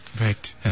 Right